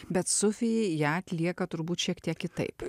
bet sufijai ją atlieka turbūt šiek tiek kitaip